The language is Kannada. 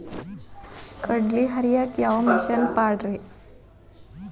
ಕಡ್ಲಿ ಹರಿಯಾಕ ಯಾವ ಮಿಷನ್ ಪಾಡ್ರೇ?